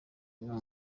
umwe